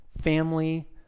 family